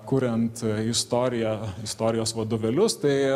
kuriant istoriją istorijos vadovėlius tai